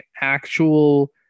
actual